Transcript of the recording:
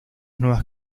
nuevas